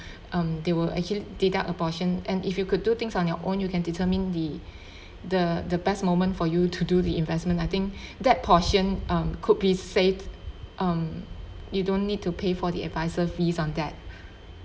um they will actually deduct a portion and if you could do things on your own you can determine the the the best moment for you to do the investment I think that portion um could be said um you don't need to pay for the advisor fees on that